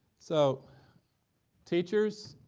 so teachers,